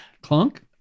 Clunk